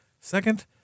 second